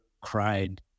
cried